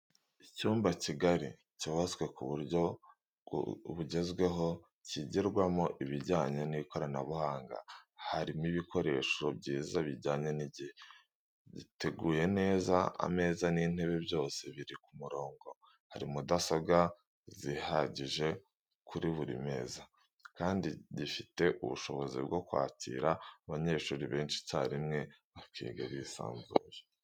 Icyumba kigari cyubatse ku buryo bwugezweho, kigirwamo ibijyanye n'ikoranabuhanga, harimo ibikoresho byiza bijyanye n'igihe, giteguye neza, ameza n'intebe byose biri ku murongo, hari mudasobwa zihagije kuri buri meza kandi gifite ubushobozi bwo kwakira abana benshi icyarimwe bakiga bisanzuye.